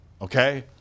Okay